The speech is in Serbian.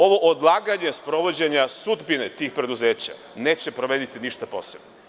Ovo odlaganje sprovođenja sudbine tih preduzeća neće promeniti ništa posebno.